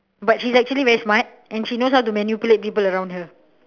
but she is actually very smart and she knows how to manipulate people around her